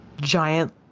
giant